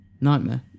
Nightmare